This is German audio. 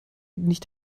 nicht